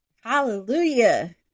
Hallelujah